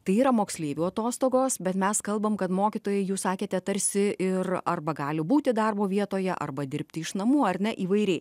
tai yra moksleivių atostogos bet mes kalbam kad mokytojai jūs sakėte tarsi ir arba gali būti darbo vietoje arba dirbti iš namų ar ne įvairiai